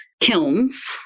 kilns